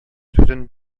сүзен